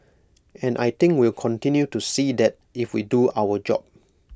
and I think we'll continue to see that if we do our job